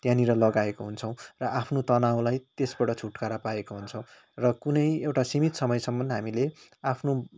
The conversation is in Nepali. त्यहाँनिर लगाएको हुन्छौँ र आफ्नो तनावलाई त्यसबाट छुट्कारा पाएका हुन्छौ र कुनै एउटा सिमित समयसम्म हामीले आफ्नो समस्या